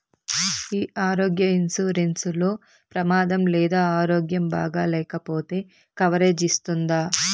ఈ ఆరోగ్య ఇన్సూరెన్సు లో ప్రమాదం లేదా ఆరోగ్యం బాగాలేకపొతే కవరేజ్ ఇస్తుందా?